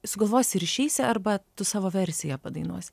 sugalvosi ir išeisi arba tu savo versiją padainuosi